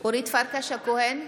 אורית פרקש הכהן,